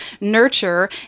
nurture